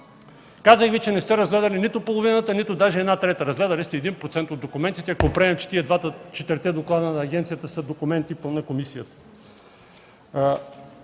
Казах Ви, че не сте разгледали нито половината, нито даже една трета. Разгледали сте един процент от документите, ако приемем, че четирите доклада на агенцията са документи на комисията.